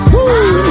Woo